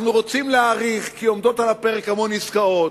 אנחנו רוצים להאריך כי עומדות על הפרק המון עסקאות,